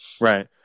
Right